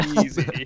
easy